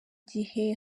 gihe